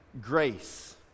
grace